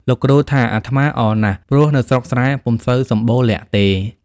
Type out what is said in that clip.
លោកគ្រូថា "អាត្មាអរណាស់ ព្រោះនៅស្រុកស្រែពុំសូវសម្បូរល័ក្តទេ"។